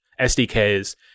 SDKs